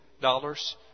dollars